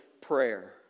prayer